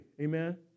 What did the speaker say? amen